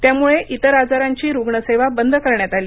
त्यामुळे इतर आजारांची रुग्णसेवा बंद करण्यात आली